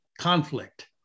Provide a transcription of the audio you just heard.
conflict